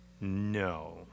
No